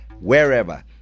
wherever